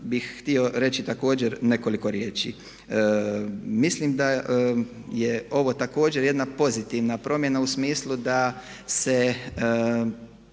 bih htio reći također nekoliko riječi. Mislim da je ovo također jedna pozitivna promjena u smislu da se